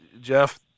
Jeff